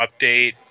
update